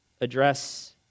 address